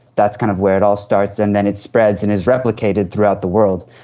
that's kind of where it all starts, and then it spreads and is replicated throughout the world.